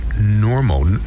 normal